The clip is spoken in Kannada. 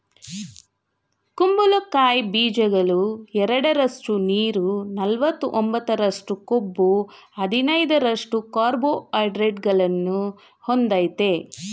ಕುಂಬಳಕಾಯಿ ಬೀಜಗಳು ಎರಡರಷ್ಟು ನೀರು ನಲವತ್ತೊಂಬತ್ತರಷ್ಟು ಕೊಬ್ಬು ಹದಿನೈದರಷ್ಟು ಕಾರ್ಬೋಹೈಡ್ರೇಟ್ಗಳನ್ನು ಹೊಂದಯ್ತೆ